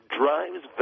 drives